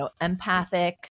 empathic